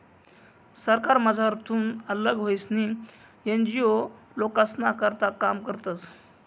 सरकारमझारथून आल्लग व्हयीसन एन.जी.ओ लोकेस्ना करता काम करतस